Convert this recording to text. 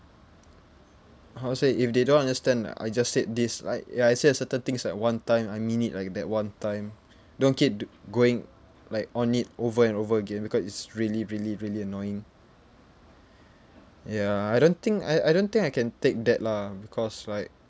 how to say if they don't understand I just said this like ya I said a certain things at one time I mean it like that one time don't keep going like on it over and over again because it's really really really annoying ya I don't think I I don't think I can take that lah because like